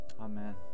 Amen